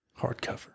hardcover